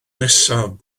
nesaf